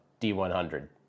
D100